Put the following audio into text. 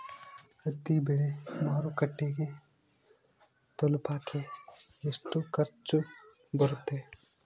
ಹತ್ತಿ ಬೆಳೆ ಮಾರುಕಟ್ಟೆಗೆ ತಲುಪಕೆ ಎಷ್ಟು ಖರ್ಚು ಬರುತ್ತೆ?